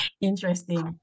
Interesting